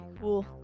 Cool